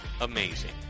amazing